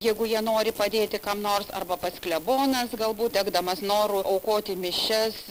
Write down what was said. jeigu jie nori padėti kam nors arba pats klebonas galbūt degdamas noru aukoti mišias